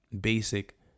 basic